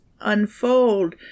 unfold